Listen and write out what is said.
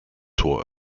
tor